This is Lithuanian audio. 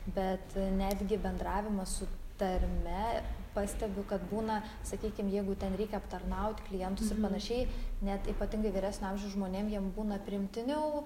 bet netgi bendravimas su tarme pastebiu kad būna sakykim jeigu ten reikia aptarnaut klientus ir panašiai net ypatingai vyresnio amžiaus žmonėm jiem būna priimtiniau